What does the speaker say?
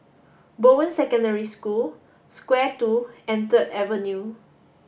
Bowen Secondary School Square Two and Third Avenue